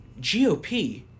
GOP